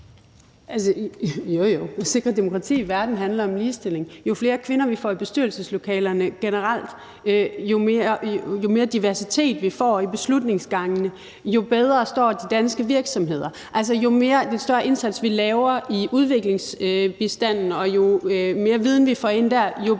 jo. At sikre demokrati i verden handler om ligestilling. Jo flere kvinder, vi får i bestyrelseslokalerne generelt, jo mere diversitet, vi får i beslutningsgangene, jo bedre står de danske virksomheder. Jo større indsats, vi laver i udviklingsbistanden, og jo mere viden, vi får ind der,